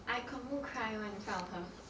I confirm cry [one] in front of her